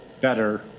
better